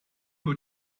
her